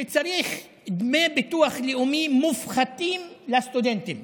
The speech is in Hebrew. שצריך דמי ביטוח לאומי מופחתים לסטודנטים.